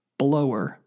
blower